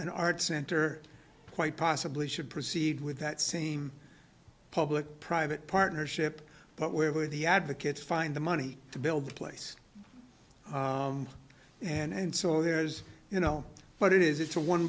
an art center quite possibly should proceed with that same public private partnership but where were the advocates find the money to build the place and so there's you know but it is it to one